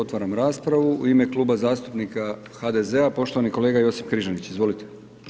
Otvaram raspravu, u ime Kluba zastupnika HDZ-a poštovani kolega Josip Križanić, izvolite.